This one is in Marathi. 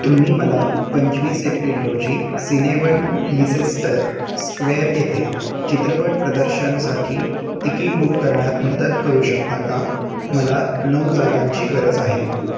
तुम्ही मला पंचवीस एप्रिल रोजी सिनेवल्ड लिसेस्टर स्क्वेअर येथे चित्रपट प्रदर्शनासाठी तिकीट बुक करण्यात मदत करू शकता का मला नऊ जागांची गरज आहे